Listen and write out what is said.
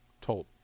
told